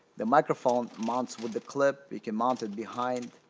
the microphone mounts with the clip. you can mount it behind